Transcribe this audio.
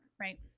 Right